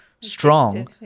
strong